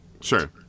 sure